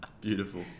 Beautiful